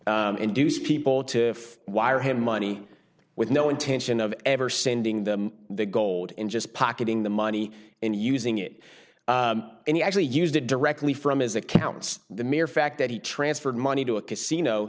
internet induce people to wire him money with no intention of ever sending them the gold and just pocketing the money and using it and he actually used it directly from his accounts the mere fact that he transferred money to a casino